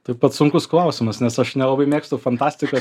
taip pat sunkus klausimas nes aš nelabai mėgstu fantastiką